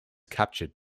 captured